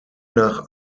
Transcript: nach